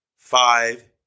Five